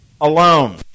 alone